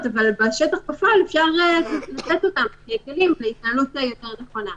אבל בשטח בפועל אפשר לתת אותם ככלים להתנהלות נכונה יותר.